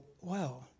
Wow